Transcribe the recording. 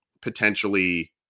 potentially